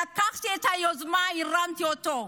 לקחתי את היוזמה, הרמתי אותה.